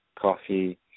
coffee